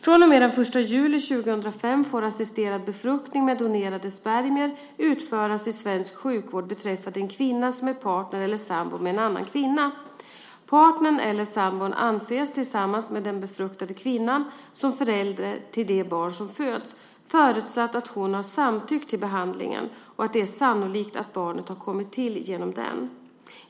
Från och med den 1 juli 2005 får assisterad befruktning med donerade spermier utföras i svensk sjukvård beträffande en kvinna som är partner eller sambo med en annan kvinna. Partnern eller sambon anses - tillsammans med den befruktade kvinnan - som förälder till det barn som föds, förutsatt att hon har samtyckt till behandlingen och att det är sannolikt att barnet har kommit till genom den.